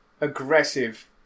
aggressive